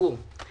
שלמה המלך